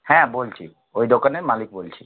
হ্যাঁ বলছি ওই দোকানের মালিক বলছি